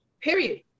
period